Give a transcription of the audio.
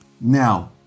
Now